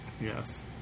Yes